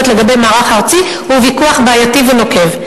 לגבי מערך ארצי הוא ויכוח בעייתי ונוקב.